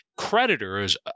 creditors